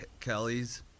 Kelly's